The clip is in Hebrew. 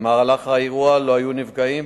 באירוע לא היו נפגעים,